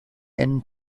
and